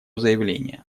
заявление